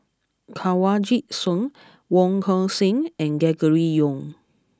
Kanwaljit Soin Wong Tuang Seng and Gregory Yong